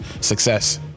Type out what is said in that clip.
success